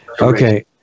Okay